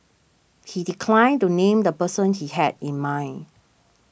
he declined to name the person he had in mind